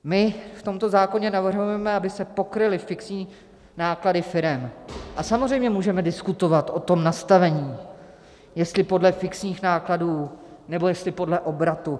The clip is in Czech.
V tomto zákoně navrhujeme, aby se pokryly fixní náklady firem, a samozřejmě můžeme diskutovat o nastavení, jestli podle fixních nákladů, nebo jestli podle obratu.